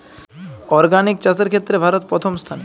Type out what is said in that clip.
organic চাষের ক্ষেত্রে ভারত প্রথম স্থানে